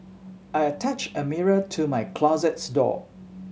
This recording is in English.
I attached a mirror to my closet door